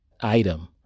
item